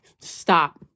Stop